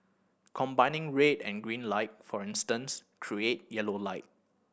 combining red and green light for instance create yellow light